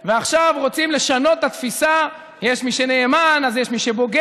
ועכשיו רוצים לשנות את התפיסה: "אם יש מי שנאמן אז יש מי שבוגד.